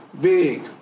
big